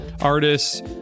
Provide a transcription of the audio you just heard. artists